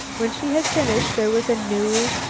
when she had finished, there was a new,